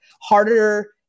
harder